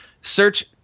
Search